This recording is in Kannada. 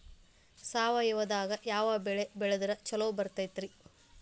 ಸಾವಯವದಾಗಾ ಯಾವ ಬೆಳಿ ಬೆಳದ್ರ ಛಲೋ ಬರ್ತೈತ್ರಿ?